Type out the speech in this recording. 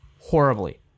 Horribly